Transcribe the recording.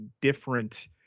different